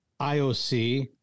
IOC